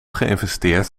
geïnvesteerd